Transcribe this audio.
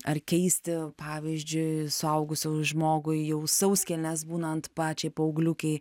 ar keisti pavyzdžiui suaugusių žmogui jau sauskelnes būnant pačiai paaugliukei